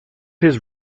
his